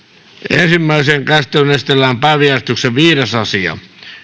ensimmäiseen käsittelyyn esitellään päiväjärjestyksen viides asia